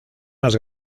más